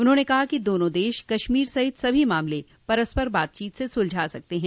उन्होंने कहा कि दोनों देश कश्मीर सहित सभी मामले परस्पर बातचीत से सुलझा सकते हैं